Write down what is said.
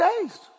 days